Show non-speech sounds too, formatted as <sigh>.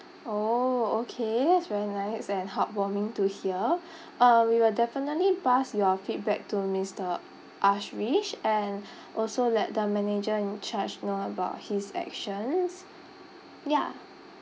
orh okay that's very nice <laughs> and heartwarming to hear uh we will definitely pass your feedback to mister ashrish and also let the manager in charge know about his actions ya